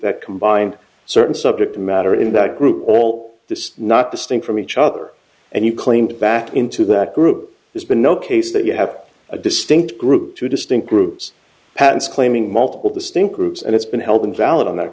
that combined certain subject matter in that group all this not distinct from each other and you claimed that into that group there's been no case that you have a distinct group two distinct groups patents claiming multiple the stink groups and it's been helping valid on that